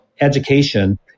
education